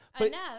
Enough